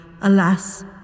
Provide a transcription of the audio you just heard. Alas